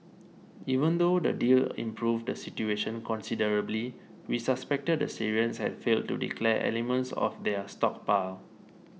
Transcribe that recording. even though the deal improved the situation considerably we suspected the Syrians had failed to declare elements of their stockpile